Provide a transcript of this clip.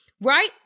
right